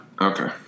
Okay